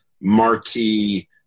marquee